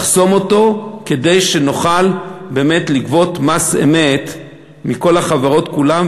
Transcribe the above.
לחסום אותו כדי שנוכל באמת לגבות מס אמת מכל החברות כולן,